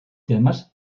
temes